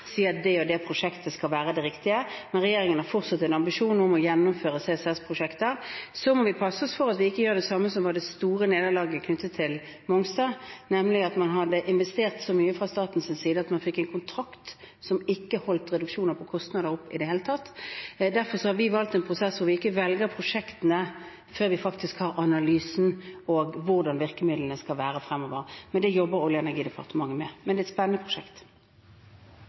det og det prosjektet skal være det riktige. Men regjeringen har fortsatt en ambisjon om å gjennomføre CCS-prosjekter. Så må vi passe oss for at vi ikke gjør det samme som det som var det store nederlaget knyttet til Mongstad, nemlig at man hadde investert så mye fra statens side at man fikk en kontrakt som ikke holdt reduksjoner på kostnader opp i det hele tatt. Derfor har vi valgt en prosess hvor vi ikke velger prosjektene før vi faktisk har analysen og vet hvordan virkemidlene skal være fremover, men det jobber Olje- og energidepartementet med. Men det er et spennende prosjekt.